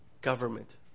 government